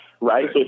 Right